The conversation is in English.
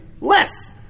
less